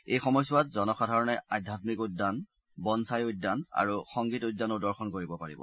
এই সময়ছোৱাত জনসাধাৰণে আধ্যামিক উদ্যান বনচাই উদ্যান আৰু সংগীত উদ্যানো দৰ্শন কৰিব পাৰিব